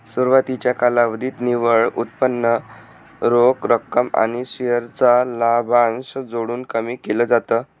सुरवातीच्या कालावधीत निव्वळ उत्पन्न रोख रक्कम आणि शेअर चा लाभांश जोडून कमी केल जात